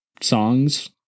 songs